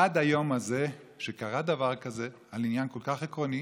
עד היום הזה שקרה דבר כזה על עניין כל כך עקרוני